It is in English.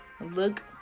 Look